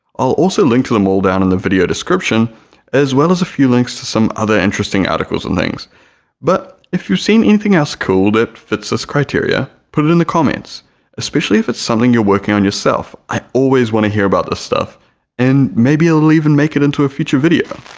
i'll also link to them all down in the video description as well as a few links to some other interesting articles and things but if you've seen anything else cool that fits this criteria, put it in the comments especially if it's something you're working on yourself i always want to hear about this stuff and maybe it'll even make it into a future video!